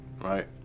right